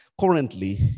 currently